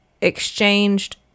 exchanged